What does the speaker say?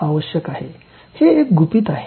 हे एक गुपित आहे